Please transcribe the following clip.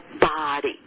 body